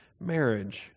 marriage